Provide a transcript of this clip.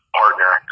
partner